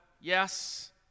yes